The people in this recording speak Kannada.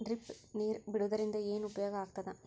ಡ್ರಿಪ್ ನೇರ್ ಬಿಡುವುದರಿಂದ ಏನು ಉಪಯೋಗ ಆಗ್ತದ?